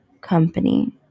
company